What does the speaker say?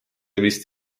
vist